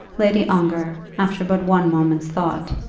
lady ongar, after but one moment's thought,